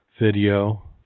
video